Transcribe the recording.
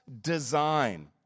design